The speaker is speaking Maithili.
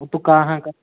ओतुका अहाँकेँ